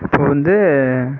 இப்போ வந்து